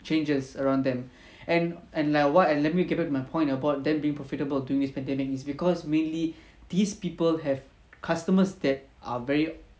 changes around them and and like what and let me give it my point about them being profitable during this pandemic is because mainly these people have customers that are very